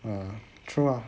ah true ah